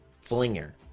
Flinger